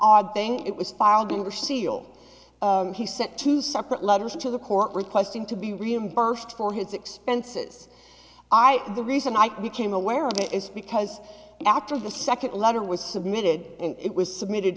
odd thing it was filed under seal he sent two separate letters to the court requesting to be reimbursed for his expenses i the reason i became aware of it is because after the second letter was submitted and it was submitted